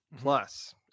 plus